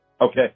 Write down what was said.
okay